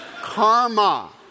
Karma